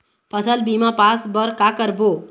फसल बीमा पास बर का करबो?